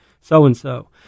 so-and-so